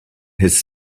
his